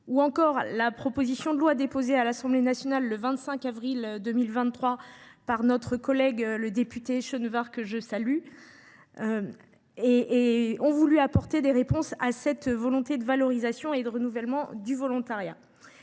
ou encore la proposition de loi déposée à l’Assemblée nationale le 25 avril 2023 par notre collègue député Chenevard, que je salue à mon tour, visent à apporter des réponses à cette volonté de valorisation et de renouvellement du volontariat.